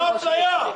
זאת אפליה.